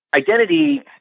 Identity